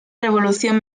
revolución